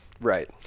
right